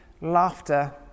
laughter